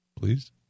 Please